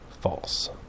false